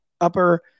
upper